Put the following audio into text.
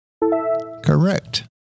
Correct